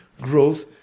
growth